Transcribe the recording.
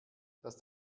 dass